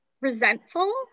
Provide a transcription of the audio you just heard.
resentful